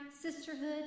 sisterhood